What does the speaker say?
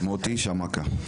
מוטי שמקה.